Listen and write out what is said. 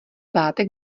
pátek